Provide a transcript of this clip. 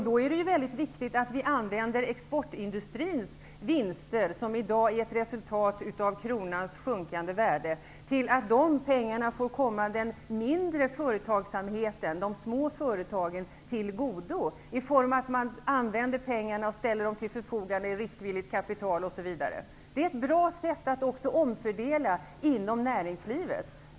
Då är det ju viktigt att använda exportindustrins vinster, som i dag är ett resultat av kronans sjunkande värde, så att de pengarna kommer den mindre företagsamheten, de små företagen, till godo i form av att man ställer dem till förfogande som riskvilligt kapital osv. Det är ett bra sätt att omfördela inom näringslivet.